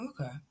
Okay